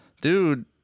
dude